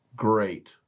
Great